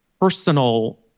personal